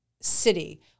city